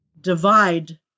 divide